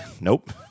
Nope